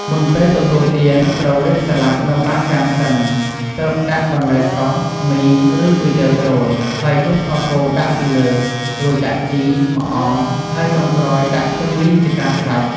មុនពេលទទួលទាន ត្រូវរៀបសាលាដនៅបាតចានសិន ទើបដាក់បន្លែស្រុះ មី ឬគុយទាវចូល ហើយដួសខគោដាក់ពីលើ រួចដាក់ជី ម្អម ហើយចុងក្រោយដាក់ខ្ទឹមលីងជាការស្រេច។